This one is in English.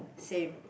same